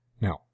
Now